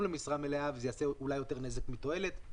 למשרה מלאה וזה יעשה יותר נזק מתועלת.